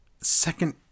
second